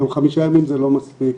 חמישה ימים זה לא מספיק.